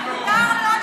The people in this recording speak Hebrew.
מותר לו,